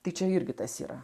tai čia irgi tas yra